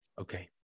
Okay